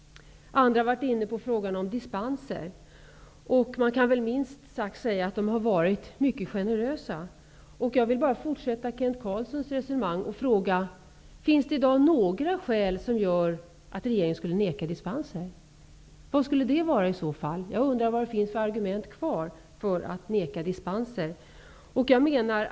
Andra har varit inne på frågan om dispenser. Dessa har minst sagt varit mycket generösa. Jag vill fortsätta Kent Carlssons resonemang. Finns det i dag några skäl som talar för att regeringen skall neka dispenser? Vilka skulle de vara? Vad finns det för argument kvar för att neka dispenser?